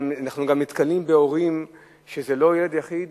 אנחנו גם נתקלים בהורים שזה לא ילד יחיד,